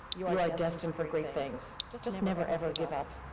you are destined for great things. just just never, ever give up.